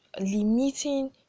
limiting